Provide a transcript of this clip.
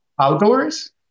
outdoors